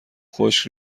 خشک